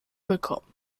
bekommen